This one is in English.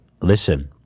listen